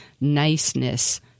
niceness